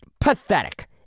pathetic